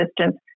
assistance